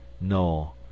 no